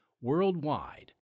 worldwide